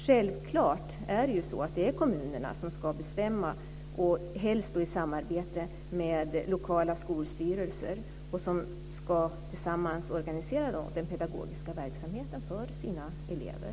Självklart är det kommunerna som ska bestämma, helst i samarbete med lokala skolstyrelser, och som tillsammans ska organisera den pedagogiska verksamheten för sina elever.